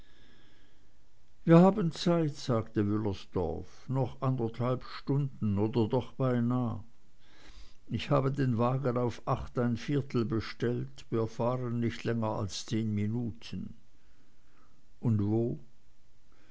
wir haben zeit sagte wüllersdorf noch anderthalb stunden oder doch beinah ich habe den wagen auf acht ein viertel bestellt wir fahren nicht länger als zehn minuten und wo